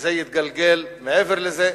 שזה יתגלגל מעבר לזה,